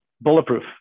Bulletproof